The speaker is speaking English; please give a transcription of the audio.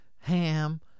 ham